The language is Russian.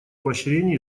поощрения